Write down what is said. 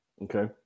Okay